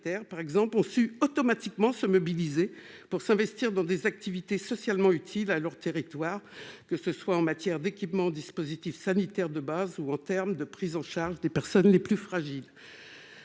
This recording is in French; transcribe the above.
par exemple, poursuit automatiquement se mobiliser pour s'investir dans des activités socialement utiles à leur territoire, que ce soit en matière d'équipement dispositifs sanitaires de base ou en terme de prise en charge des personnes les plus fragiles,